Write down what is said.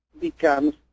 becomes